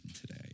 today